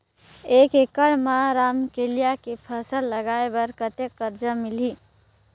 एक एकड़ मा रमकेलिया के फसल लगाय बार कतेक कर्जा मिलही?